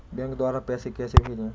Bank द्वारा पैसे कैसे भेजें?